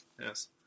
yes